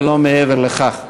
אבל לא מעבר לכך.